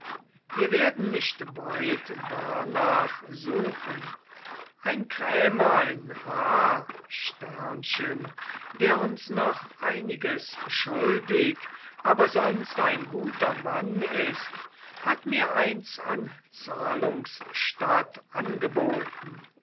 wir werden nicht weit darnach suchen ein krämer in h der uns noch einiges schuldig aber sonst ein guter mann ist hat mir eins an zahlungs statt angeboten